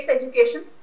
Education